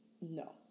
no